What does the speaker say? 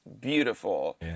beautiful